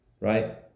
right